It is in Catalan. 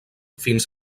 fins